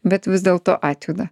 bet vis dėlto atjuda